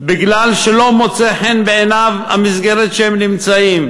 בגלל שלא מוצאת חן בעיניו המסגרת שבה הם נמצאים.